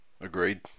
Agreed